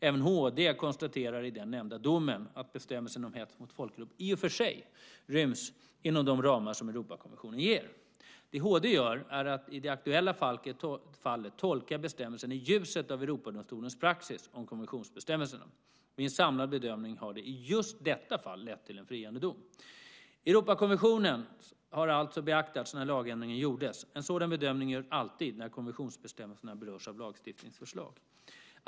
Även HD konstaterar i den nämnda domen att bestämmelsen om hets mot folkgrupp i och för sig ryms inom de ramar som Europakonventionen ger. Det HD gör är att i det aktuella fallet tolka bestämmelsen i ljuset av Europadomstolens praxis om konventionsbestämmelserna. Vid en samlad bedömning har det i just detta fall lett till en friande dom. Europakonventionen har alltså beaktats när lagändringen gjordes. En sådan bedömning görs alltid när konventionsbestämmelserna berörs av lagstiftningsförslag.